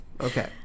Okay